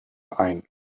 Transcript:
ein